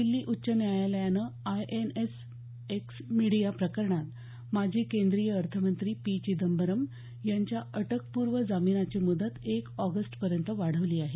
दिल्ली उच्च न्यायालयानं INX Media प्रकरणात माजी केंद्रीय अर्थमंत्री पी चिदंबरम यांच्या अटकपूर्व जामीनाची मुदत एक ऑगस्टपर्यंत वाढवली आहे